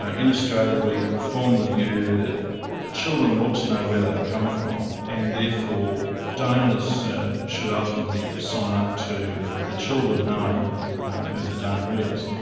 ah in australia we form the view that children ought to know where they've come from, and therefore donors should ultimately sign up to the children knowing who the donor is.